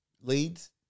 leads